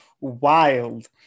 wild